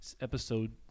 episode